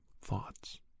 thoughts